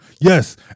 yes